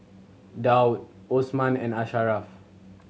Daud Osman and Asharaff